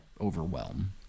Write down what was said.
overwhelm